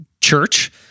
Church